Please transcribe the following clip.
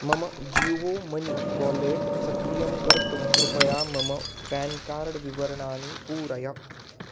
मम Jio money wallet सक्रियं कर्तुं कृपया मम पेन् कार्ड् विवरणानि पूरय